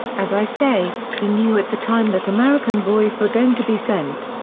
as i say, he knew at the time that american boys were going to be sent.